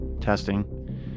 testing